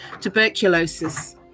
tuberculosis